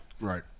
Right